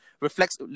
reflects